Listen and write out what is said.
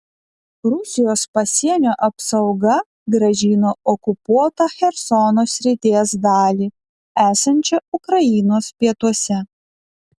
rusijos pasienio apsauga grąžino okupuotą chersono srities dalį esančią ukrainos pietuose